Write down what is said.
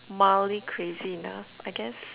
mildly crazy enough I guess